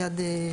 מיד.